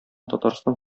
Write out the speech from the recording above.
татарстан